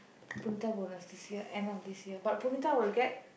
Punitha bonus this year end of this year but Punitha will get